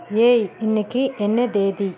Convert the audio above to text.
ஏய் இன்னைக்கி என்ன தேதி